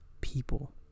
people